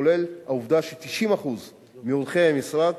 כולל העובדה ש-90% מאורחי המשרד,